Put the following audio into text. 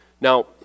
Now